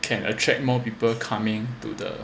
can attract more people coming to the